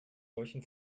solchen